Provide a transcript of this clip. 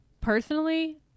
Personally